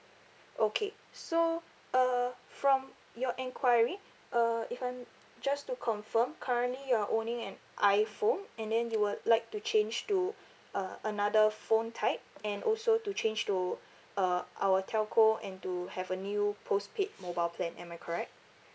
okay so uh from your enquiry uh if I'm just to confirm currently you are owning an iphone and then you would like to change to uh another phone type and also to change to uh our telco and to have a new postpaid mobile plan am I correct